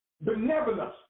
benevolence